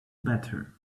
better